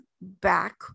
back